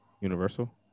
Universal